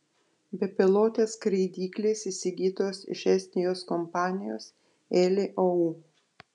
bepilotės skraidyklės įsigytos iš estijos kompanijos eli ou